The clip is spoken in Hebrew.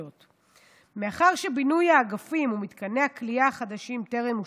מאחר שבינוי האגפים ומתקני הכליאה החדשים טרם הושלם,